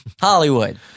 Hollywood